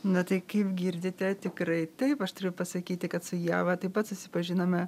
na tai kaip girdite tikrai taip aš turiu pasakyti kad su ieva taip pat susipažinome